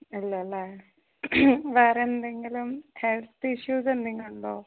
ഇല്ല അല്ലേ വേറെ എന്തെങ്കിലും ഹെൽത്ത് ഇഷ്യൂസെന്തെങ്കിലുമുണ്ടോ